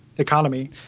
economy